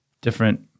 different